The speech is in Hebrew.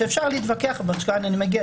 שאפשר להתווכח עליה,